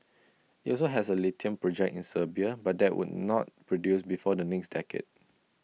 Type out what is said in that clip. IT also has A lithium project in Serbia but that will not produce before the next decade